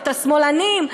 את השמאלנים,